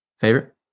Favorite